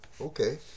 okay